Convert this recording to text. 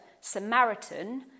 Samaritan